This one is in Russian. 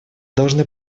должны